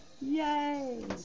Yay